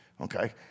Okay